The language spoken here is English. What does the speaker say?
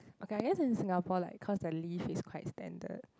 okay I guess in Singapore like cause the leave is quite standard